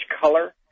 color